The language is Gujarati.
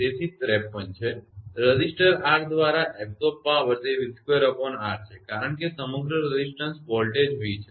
તેથી તે 53 છે તેથી રેઝિસ્ટર R દ્વારા એબસોર્બડ પાવર તે 𝑣2𝑅 છે કારણ કે સમગ્ર રેઝિસ્ટન્સ વોલ્ટેજ v છે